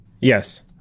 Yes